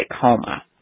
coma